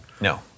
No